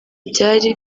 byari